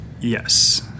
Yes